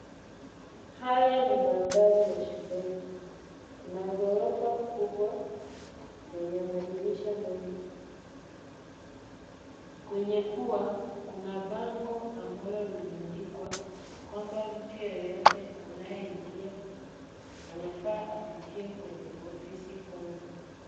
Haya ni mandhari ya shuleni. Kuna ghorofa kubwa lenye madirisha mengi. Kwenye ua, kuna bango ambalo limeandikwa, kwamba mtu yeyote anaye ingia, anafaa apitie kwenye ofisi kwanza.